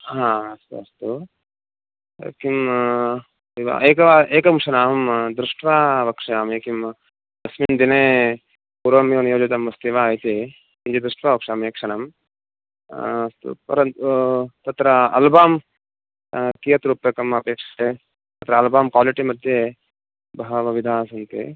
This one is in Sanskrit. ह अस्तु अस्तु किम् ए एकवारम् एकं क्षणम् अहं दृष्ट्वा वक्ष्यामि किं तस्मिन् दिने पूर्वमेव नियोजितं अस्ति वा इति किञ्चित् दृष्ट्वा वक्ष्यामि एकक्षणम् अस्तु परम् तत्र अल्बम् कियत् रूप्यकम् अपेक्ष्यते अत्र अल्बम् क्वालिटी मध्ये बह्व्यः विधाः सन्ति